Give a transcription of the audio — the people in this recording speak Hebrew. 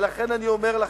לכן אני אומר לך,